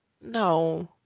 No